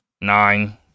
nine